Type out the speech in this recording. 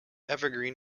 evergreen